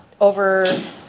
over